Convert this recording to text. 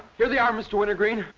here they are, mr. wintergreen.